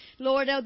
Lord